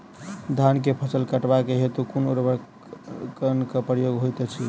धान केँ फसल कटवा केँ हेतु कुन उपकरणक प्रयोग होइत अछि?